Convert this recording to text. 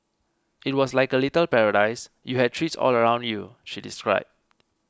it was like a little paradise you had trees all around you she described